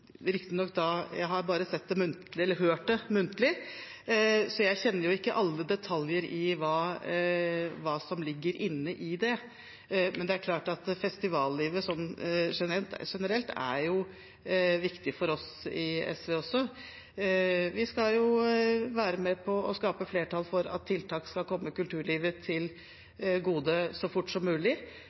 har jeg hørt det, muntlig, men jeg kjenner ikke alle detaljene i hva som ligger i dem. Men det er klart at festivallivet generelt er viktig også for oss i SV. Vi skal være med på å skape flertall for at tiltak skal komme kulturlivet til gode så fort som mulig,